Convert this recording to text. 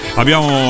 abbiamo